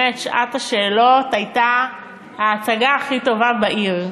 שעת השאלות הייתה ההצגה הכי טובה בעיר.